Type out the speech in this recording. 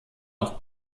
auch